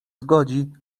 zgodzi